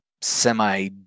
semi